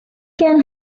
can